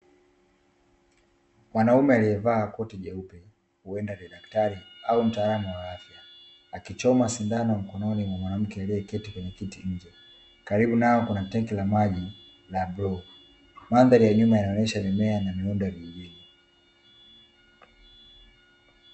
Mwanaume aliyevaa koti jeupe huenda ni daktari au mtaalamu wa afya, akichoma sindano mkononi mwa mwanamke aliyeketi kwenye kiti. Karibu yao kuna tenki la maji la bluu. Mandhari ya nyuma inaonyesha mimea na miundo ya vijijini.